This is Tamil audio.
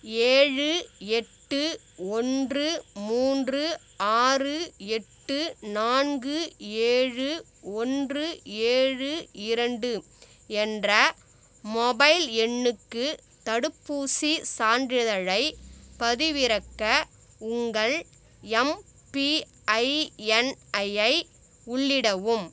ஏழு எட்டு ஒன்று மூன்று ஆறு எட்டு நான்கு ஏழு ஒன்று ஏழு இரண்டு என்ற மொபைல் எண்ணுக்கு தடுப்பூசிச் சான்றிதழைப் பதிவிறக்க உங்கள் எம்பிஐஎன்ஐயை உள்ளிடவும்